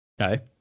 Okay